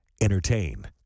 Entertain